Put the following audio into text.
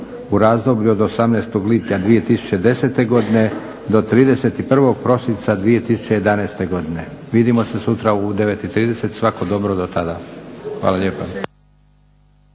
u razdoblju od 18. lipnja 2010. godine do 31. prosinca 2011. godine. Vidimo se sutra u 9,30. Svako dobro do tada. Hvala lijepa.